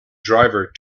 driver